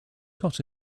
got